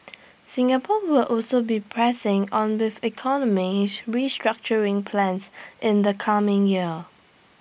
Singapore will also be pressing on with economy restructuring plans in the coming year